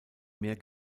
mehr